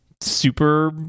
super